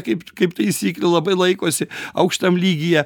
kaip kaip taisyklė labai laikosi aukštam lygyje